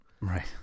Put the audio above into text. Right